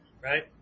right